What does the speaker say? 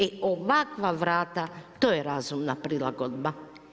E ovakva vrata, to je razumna prilagodba.